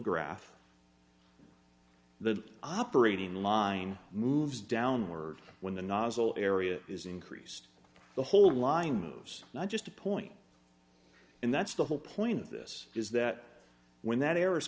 graph the operating line moves downward when the nozzle area is increased the whole line moves not just a point and that's the whole point of this is that when that air is